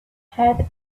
had